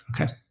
Okay